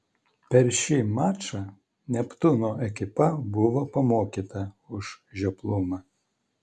per šį mačą neptūno ekipa buvo pamokyta už žioplumą